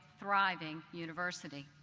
thriving university.